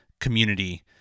Community